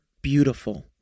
beautiful